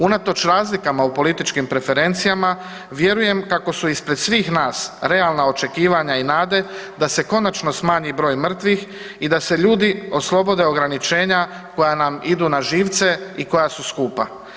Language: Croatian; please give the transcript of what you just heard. Unatoč razlikama u političkim preferencijama, vjerujem kako su ispred svih nas realna očekivanja i nade da se konačno smanji broj mrtvih i da se ljudi oslobode ograničenja koja nam idu na živce i koja su skupa.